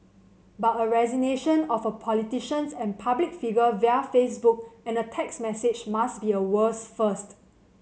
but a resignation of a politicians and public figure via Facebook and a text message must be a world's first